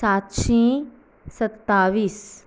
सातशीं सत्तावीस